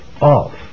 off